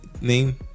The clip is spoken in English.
name